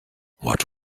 what